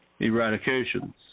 eradications